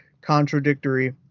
contradictory